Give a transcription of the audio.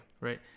Right